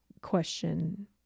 question